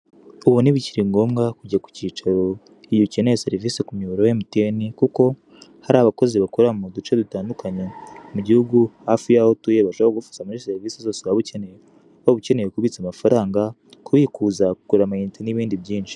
ubu ntibikiri ngombwa kujya ku cyicaro iyo ukeneye serivisi ku miyoboro ya mtn kuko hari abakozi bakora mu duce dutandukanye mu gihugu, hafi y'aho utuye babashaka kugufasha muri serivisi zose waba ukeneye waba ukeneye kubitsa amafaranga kubikuza kugura amayinite n'ibindi byinshi.